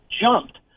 jumped